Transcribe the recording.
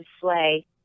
sleigh